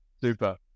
Super